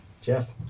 Jeff